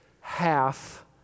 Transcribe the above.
half